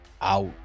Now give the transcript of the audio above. out